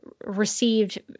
received